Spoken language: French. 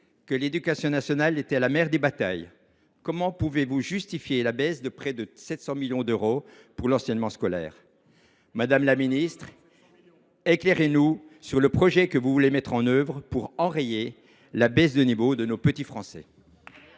que l’éducation nationale était la mère des batailles, comment pouvez vous justifier la baisse de près de 700 millions d’euros des crédits de l’enseignement scolaire ? Éclairez nous sur le projet que vous voulez mettre en œuvre pour enrayer la baisse de niveau des petits Français